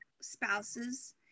spouses